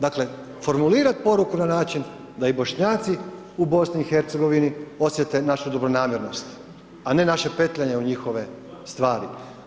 Dakle, formulirati promjenu na način, da i Bošnjaci u BIH osjete našu dobronamjernost a ne naše petljanje u njihove stvari.